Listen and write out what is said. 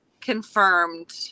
confirmed